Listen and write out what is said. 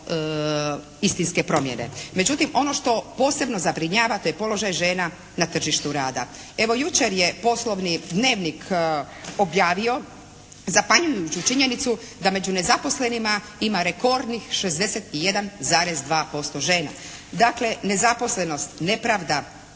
istinske promjene. Međutim, ono što posebno zabrinjava to je položaj žena na tržištu rada. Evo, jučer je "Poslovni dnevnik" objavio zapanjujuću činjenicu da među nezaposlenima ima rekordnih 61,2% žena. Dakle, nezaposlenost, nepravda,